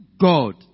God